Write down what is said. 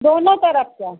दोनों तरफ का